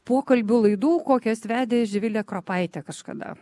pokalbių laidų kokias vedė živilė kropaitė kažkada